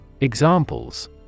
Examples